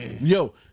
Yo